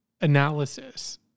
analysis